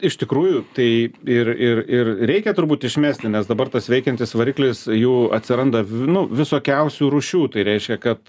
iš tikrųjų tai ir ir ir reikia turbūt išmesti nes dabar tas veikiantis variklis jų atsiranda nu visokiausių rūšių tai reiškia kad